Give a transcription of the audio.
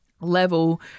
level